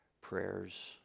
prayers